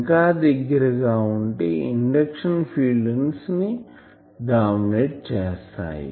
ఇంకా దగ్గరగా ఉంటే ఇండక్షన్ ఫీల్డ్స్ ను డామినేట్ చేస్తాయి